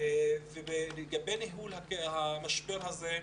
לגבי ניהול המשבר הזה,